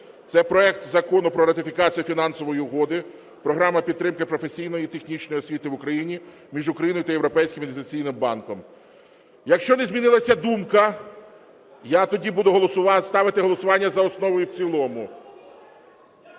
Це проект Закону про ратифікацію Фінансової угоди "Програма підтримки професійно-технічної освіти в Україні" між Україною та Європейським інвестиційним банком. Якщо не змінилася думка, я тоді буду ставити голосування за основу і в цілому.